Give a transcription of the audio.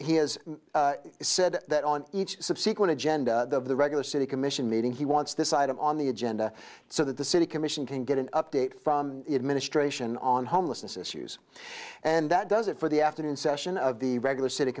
has said that on each subsequent agenda of the regular city commission meeting he wants this item on the edge and so that the city commission can get an update from administration on homelessness issues and that does it for the afternoon session of the regular city